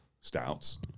stouts